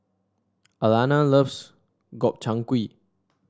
Alanna loves Gobchang Gui